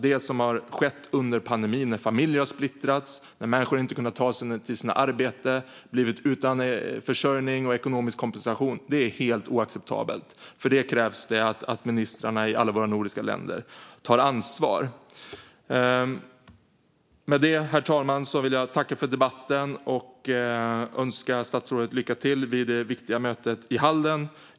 Det som har skett under pandemin, när familjer har splittrats och människor inte kunnat ta sig till sina arbeten och blivit utan försörjning och ekonomisk kompensation, är helt oacceptabelt. Det krävs att ministrarna i alla våra nordiska länder tar ansvar för detta. Herr talman! Jag tackar för debatten och önskar statsrådet lycka till vid det viktiga mötet i Halden.